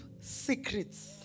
secrets